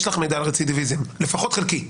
יש לך מידע על רצידביזם, לפחות חלקי.